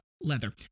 leather